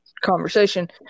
conversation